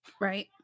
Right